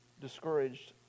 discouraged